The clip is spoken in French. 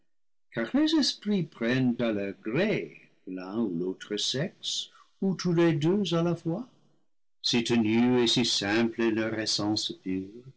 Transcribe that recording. les esprits prennent à leur gré l'un ou l'autre sexe ou tous les deux à la fois si ténue et si simple est leur essence